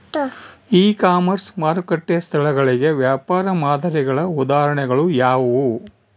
E commerce ಮಾರುಕಟ್ಟೆ ಸ್ಥಳಗಳಿಗೆ ವ್ಯಾಪಾರ ಮಾದರಿಗಳ ಉದಾಹರಣೆಗಳು ಯಾವುವು?